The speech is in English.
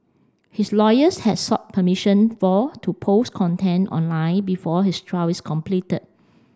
his lawyers had sought permission for to post content online before his trial is completed